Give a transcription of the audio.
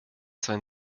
sein